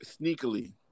sneakily